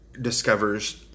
discovers